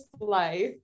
life